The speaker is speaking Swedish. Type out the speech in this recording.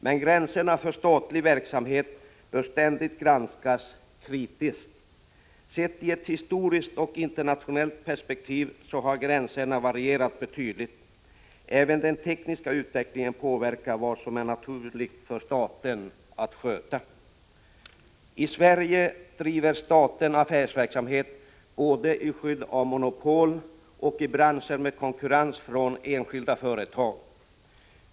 Men gränserna för statlig affärsverksamhet bör ständigt granskas kritiskt. Sett i ett historiskt och internationellt perspektiv har gränserna varierat betydligt. Även den tekniska utvecklingen påverkar vad som är naturligt för staten att sköta. I Sverige driver staten affärsverksamhet både i skydd av monopol och i branscher med konkurrens från enskilda företag.